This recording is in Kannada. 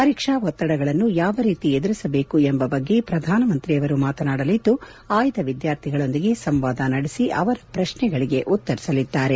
ಪರೀಕ್ಷಾ ಒತ್ತಡಗಳನ್ನು ಯಾವ ರೀತಿ ಎದುರಿಸಬೇಕು ಎಂಬ ಬಗ್ಗೆ ಪ್ರಧಾನಮಂತ್ರಿಯವರು ಮಾತನಾಡಲಿದ್ದು ಆಯ್ದ ವಿದ್ಯಾರ್ಥಿಗಳೊಂದಿಗೆ ಸಂವಾದ ನಡೆಸಿ ಅವರ ಪ್ರಶ್ನೆಗಳಿಗೆ ಉತ್ತರಿಸಲಿದ್ದಾರೆ